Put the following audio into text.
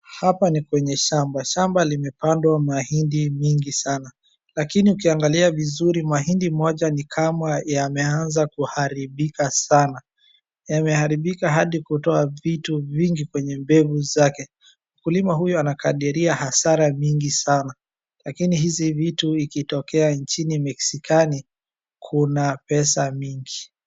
Hapa ni kwenye shamba. Shamba limepandwa na mahindi nyingi sana. Lakini ukiangalia vizuri, mahindi moja ni kama yameanza kuharibika sana. Yameharibika hadi kutoa vitu vingi kwenye mbebu zake. Mkulima huyu anakadiria hasara nyingi sana. Lakini hizi vitu vikitokea nchini Mexikani kuna pesa mengi.